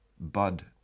Bud